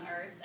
earth